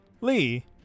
Lee